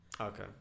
Okay